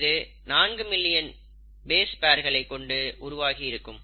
இது 4 மில்லியன் பேஸ் பேர்களை கொண்டு உருவாகியிருக்கும்